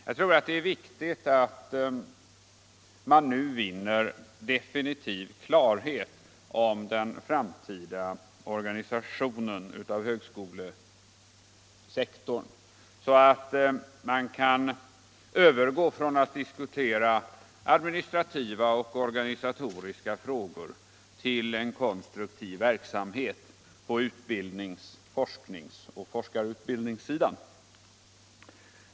Jag tror att det är viktigt att man nu vinner definitiv klarhet om den framtida organisationen av högskolesektorn, så att man kan övergå från att diskutera administrativa och organisatoriska frågor till en konstruktiv verksamhet på utbildnings-, forsknings och forskarutbildningssidan.